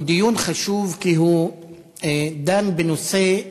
הוא דיון חשוב כי הוא דן בנושא כאוב,